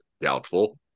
doubtful